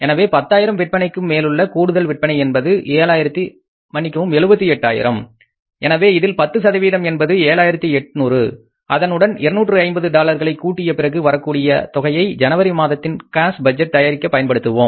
எனவே பத்தாயிரம் விற்பனைக்கு மேலுள்ள கூடுதல் விற்பனை என்பது 78000 எனவே அதில் 10 என்பது 7800 அதனுடன் 250 டாலர்களை கூட்டிய பிறகு வரக்கூடிய தொகையை ஜனவரி மாதத்தின் காஸ் பட்ஜெட் தயாரிக்க பயன்படுத்துவோம்